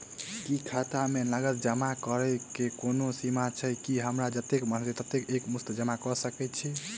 की खाता मे नगद जमा करऽ कऽ कोनो सीमा छई, की हमरा जत्ते मन हम एक मुस्त जमा कऽ सकय छी?